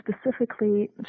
specifically